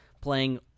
playing